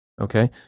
okay